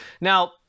Now